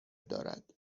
دارد